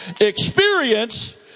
Experience